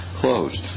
closed